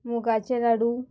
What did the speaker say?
मुगाचे लाडू